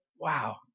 wow